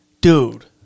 Dude